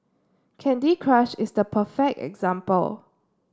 Candy Crush is the perfect example